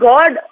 God